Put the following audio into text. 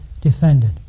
defended